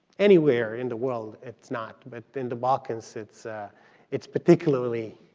anywhere in the world it's not, but in the balkans, it's it's particularly